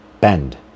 bend